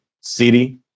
city